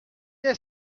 que